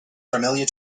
familiar